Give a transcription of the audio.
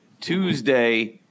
Tuesday